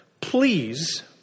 Please